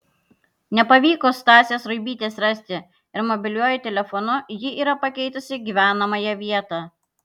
nepavyko stasės ruibytės rasti ir mobiliuoju telefonu ji yra pakeitusi gyvenamąją vietą